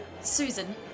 Susan